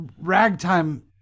ragtime